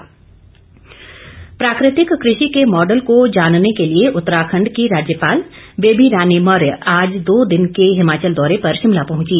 राज्यपाल प्राकृतिक कृषि के मॉडल को जानने के लिए उत्तराखंड की राज्यपाल बेबी रानी मौर्य आज दो दिन के हिमाचल दौरे पर शिमला पहुंची